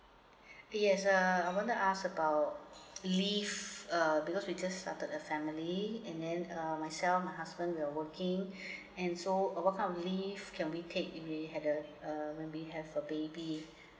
yes uh I want to ask about leave uh because we just started a family and then uh myself my husband we are working and so what kind of leave can we take if we have the uh maybe have a baby